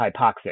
hypoxic